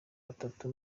batatu